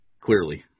Clearly